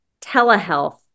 telehealth